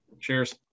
Cheers